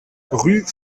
rue